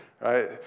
right